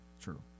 True